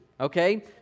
Okay